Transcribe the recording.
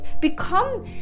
become